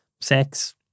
sex